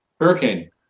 hurricane